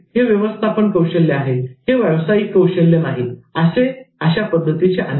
हे व्यवस्थापन कौशल्य आहे हे व्यावसायिक कौशल्य नाही असे अनेक